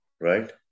right